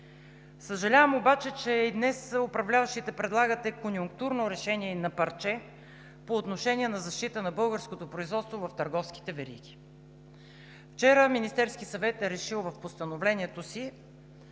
Съжалявам, че и днес управляващите предлагате конюнктурно решение и на парче по отношение защитата на българското производство в търговските вериги. Вчера Министерският съвет е решил в постановлението си